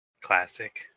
Classic